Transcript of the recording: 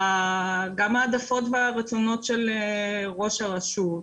גם ההעדפות והרצונות של ראש הרשות.